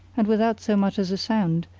and without so much as a sound,